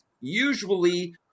usually